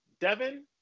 devin